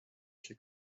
she